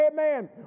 Amen